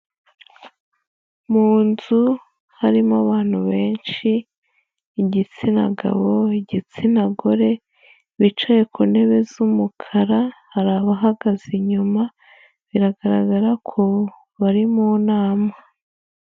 Mu nzu harimo abantu benshi, igitsina gabo, igitsina gore, bicaye ku ntebe z'umukara, hari abahagaze inyuma, biragaragara ko bari mu nama.